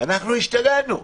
אנחנו השתגענו.